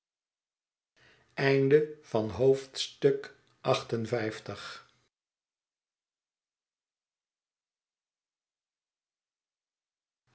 begin van het